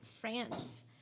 France